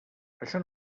això